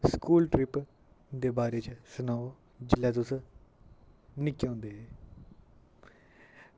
school trip दे बारे च सनाओ जिल्लै तुस निक्के होंदे हे